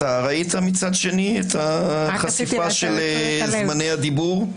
ראית ב-מצד שני את החשיפה של זמני הדיבור?